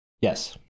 yes